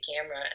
camera